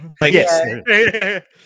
yes